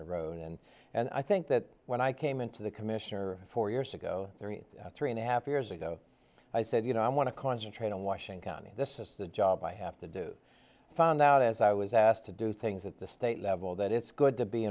the road and and i think that when i came into the commissioner four years ago three and a half years ago i said you know i want to concentrate on washing county this is the job i have to do found out as i was asked to do things at the state level that it's good to be